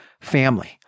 family